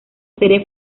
serie